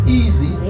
easy